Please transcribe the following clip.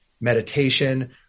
Meditation